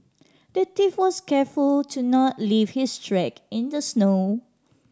the thief was careful to not leave his track in the snow